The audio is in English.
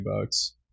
bucks